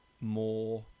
more